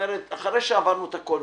אחרי שעברנו את הכול,